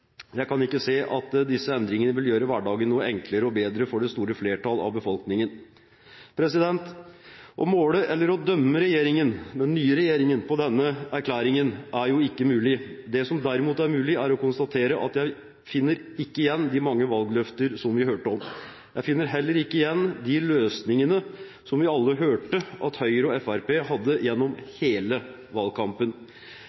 Jeg kan ikke se at disse endringene vil gjøre hverdagen noe enklere og bedre for det store flertall av befolkningen. Å måle eller å dømme den nye regjeringen på denne erklæringen er ikke mulig. Det som derimot er mulig, er å konstatere at jeg ikke finner igjen de mange valgløfter som vi hørte. Jeg finner heller ikke igjen de løsningene som vi alle gjennom hele valgkampen hørte at Høyre og Fremskrittspartiet hadde.